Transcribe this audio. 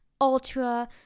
ultra